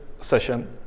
session